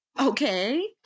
Okay